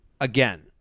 again